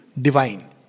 divine